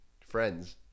friends